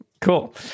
cool